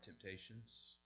temptations